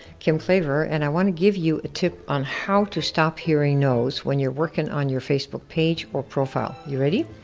kim klaver, and i wanna give you a tip on how to stop hearing no's when you're working on your facebook page or profile. you ready?